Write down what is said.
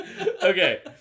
Okay